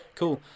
cool